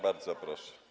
Bardzo proszę.